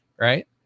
right